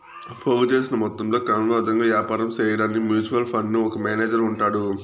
పోగు సేసిన మొత్తంలో క్రమబద్ధంగా యాపారం సేయడాన్కి మ్యూచువల్ ఫండుకు ఒక మేనేజరు ఉంటాడు